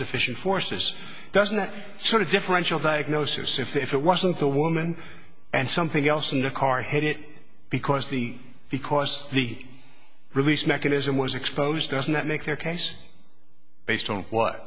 sufficient forces doesn't that sort of differential diagnosis if it wasn't the woman and something else in the car hit it because the because the release mechanism was exposed does not make their case based on what